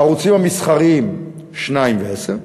הערוצים המסחריים, 2 ו-10,